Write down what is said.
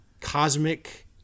Cosmic